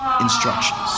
instructions